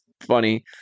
funny